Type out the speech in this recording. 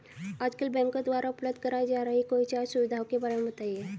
आजकल बैंकों द्वारा उपलब्ध कराई जा रही कोई चार सुविधाओं के बारे में बताइए?